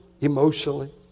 emotionally